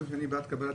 קבלת